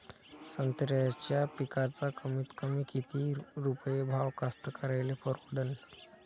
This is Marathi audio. संत्र्याचा पिकाचा कमीतकमी किती रुपये भाव कास्तकाराइले परवडन?